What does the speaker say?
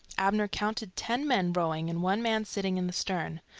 abner counted ten men rowing and one man sitting in the stern.